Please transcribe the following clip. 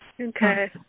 Okay